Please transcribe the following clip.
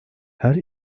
her